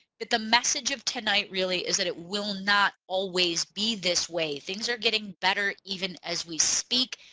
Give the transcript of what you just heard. but the message of tonight really is that it will not always be this way. things are getting better even as we speak.